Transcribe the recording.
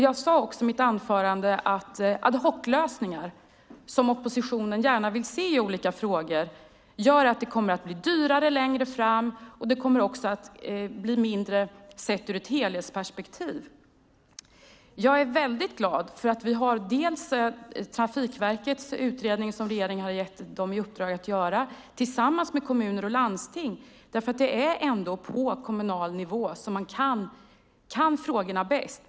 Jag sade också i mitt anförande att de ad hoc-lösningar som oppositionen gärna vill se i olika frågor gör att det kommer att bli dyrare längre fram och mindre cyklande sett ur ett helhetsperspektiv. Jag är glad för att vi bland annat har den utredning som regeringen har gett Trafikverket i uppdrag att göra tillsammans med kommuner och landsting. Det är ändå på kommunal nivå som man kan frågorna bäst.